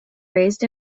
raised